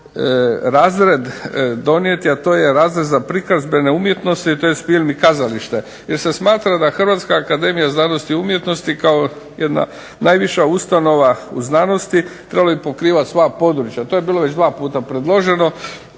razred donijeti a to je razred za Prikazbene umjetnosti to je film i kazalište, jer se smatra da Hrvatska akademija umjetnosti kao jedna najviša ustanova u znanosti trebalo bi pokrivati sva područja, to je bilo već predloženo